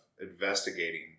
investigating